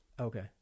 Okay